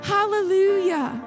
Hallelujah